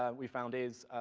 um we found, is,